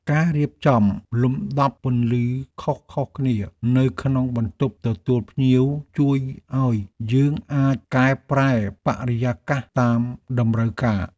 ការរៀបចំលំដាប់ពន្លឺខុសៗគ្នានៅក្នុងបន្ទប់ទទួលភ្ញៀវជួយឱ្យយើងអាចកែប្រែបរិយាកាសតាមតម្រូវការ។